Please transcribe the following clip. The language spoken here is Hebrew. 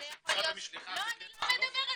אני לא מדברת.